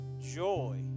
joy